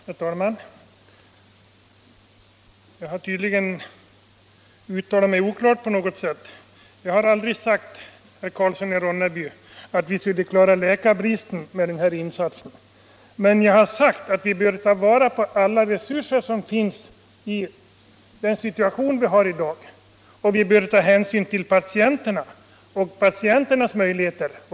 Herr talman! Jag har tydligen uttalat mig oklart på något sätt. Jag har aldrig sagt, herr Karlsson i Ronneby, att vi skulle klara läkarbristen med den här insatsen. Men jag har sagt att vi i den situation vi har 19 i dag bör ta vara på alla resurser som finns och att vi bör ta hänsyn till patienterna och deras möjligheter.